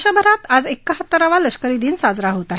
देशभरात आज एकाहत्तरावा लष्करी दिन साजरा होत आहे